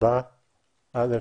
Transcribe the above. שבה כל